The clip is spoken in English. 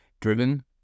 driven